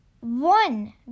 one